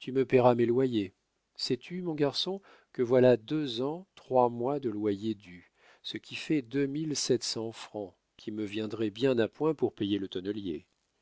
tu me payeras mes loyers sais-tu mon garçon que voilà deux ans trois mois de loyers dus ce qui fait deux mille sept cents francs qui me viendraient bien à point pour payer le tonnelier